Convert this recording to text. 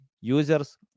users